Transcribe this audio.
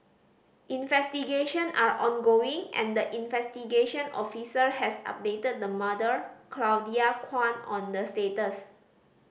investigation are ongoing and the investigation officer has updated the mother Claudia Kwan on the status